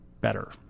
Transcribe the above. better